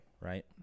Right